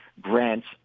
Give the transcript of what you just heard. grants